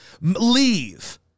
Leave